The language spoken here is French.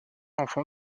enfant